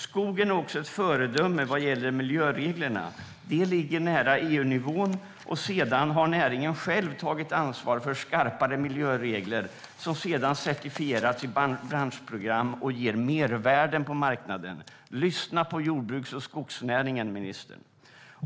Skogen är ett föredöme också vad gäller miljöreglerna. De ligger nära EU-nivån, och näringen har själv tagit ansvar för skarpare miljöregler som sedan certifieras i branschprogram och ger mervärden på marknaden. Lyssna på jordbruks och skogsnäringen, ministern!